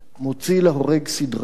מוציא להורג סדרתי,